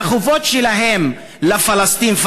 שהחובות שלהם הן לפלסטין,